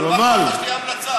אבל מה אכפת לך שתהיה המלצה?